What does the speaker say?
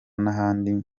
n’ahandi